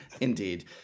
indeed